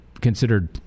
considered